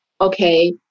okay